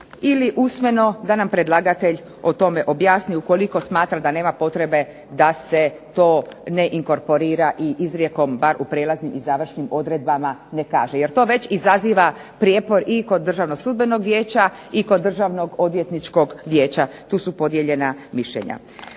ili usmeno da nam predlagatelj o tome objasni ukoliko smatra da nema potrebe da se to ne inkorporira i izrijekom, bar u prelaznim i završnim odredbama ne kaže. Jer to već izaziva prijepor i kod Državnog sudbenog vijeća i kod Državnog odvjetničkog vijeća. Tu su podijeljena mišljenja.